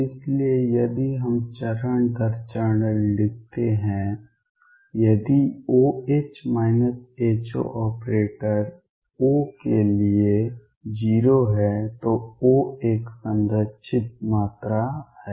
इसलिए यदि हम चरण दर चरण लिखते हैं यदि OH HO ऑपरेटर O के लिए 0 है तो O एक संरक्षित मात्रा है